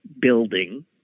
building